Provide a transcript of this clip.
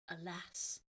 alas